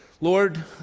Lord